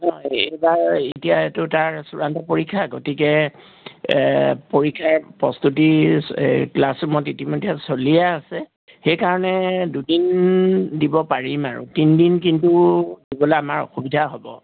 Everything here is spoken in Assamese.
এইবাৰ এতিয়া এইটো তাৰ চূড়ান্ত পৰীক্ষা গতিকে পৰীক্ষাৰ প্ৰস্তুতি ক্লাছৰুমত ইতিমধ্যে চলিয়ে আছে সেইকাৰণে দুদিন দিব পাৰিম আৰু তিনিদিন কিন্তু দিবলৈ আমাৰ অসুবিধা হ'ব